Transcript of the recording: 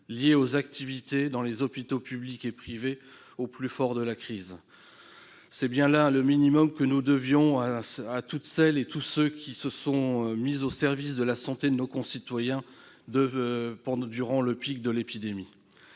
liés aux activités dans les hôpitaux publics et privés, au plus fort de la crise. C'est bien là le minimum que nous devions à toutes celles et à tous ceux qui se sont mis au service de la santé de nos concitoyens durant le pic de l'épidémie.